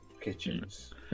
kitchens